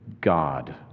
God